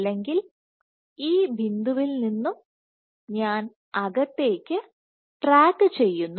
അല്ലെങ്കിൽ ഈ ബിന്ദുവിൽ നിന്നും ഞാൻ അകത്തേക്ക് ട്രാക്കു ചെയ്യുന്നു